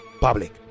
public